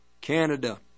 Canada